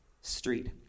street